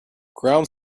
ground